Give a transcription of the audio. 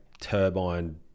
turbine